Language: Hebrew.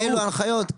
אין לו הנחיות.